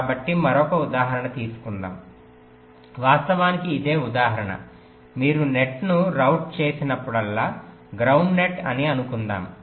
కాబట్టి మరొక ఉదాహరణ తీసుకుందాం వాస్తవానికి ఇదే ఉదాహరణ మీరు నెట్ను రౌట్ చేసినప్పుడల్లా గ్రౌండ్ నెట్ అని అనుకుందాము